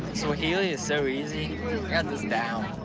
swahili is so easy, i got this down.